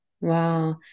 Wow